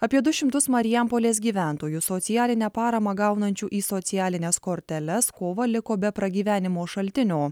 apie du šimtus marijampolės gyventojų socialinę paramą gaunančių į socialines korteles kovą liko be pragyvenimo šaltinio